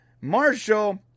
Marshall